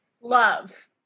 Love